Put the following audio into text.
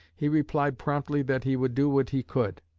he replied promptly that he would do what he could.